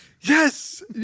Yes